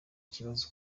ikibazo